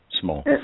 small